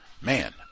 Man